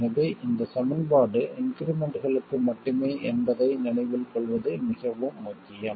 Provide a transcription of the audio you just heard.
எனவே இந்த சமன்பாடு இன்க்ரிமெண்ட்களுக்கு மட்டுமே என்பதை நினைவில் கொள்வது மிகவும் முக்கியம்